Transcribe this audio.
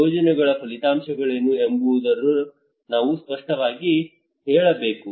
ಯೋಜನೆಗಳ ಫಲಿತಾಂಶಗಳೇನು ಎಂಬುದನ್ನು ನಾವು ಸ್ಪಷ್ಟವಾಗಿ ಹೇಳಬೇಕು